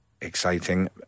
exciting